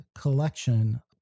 collection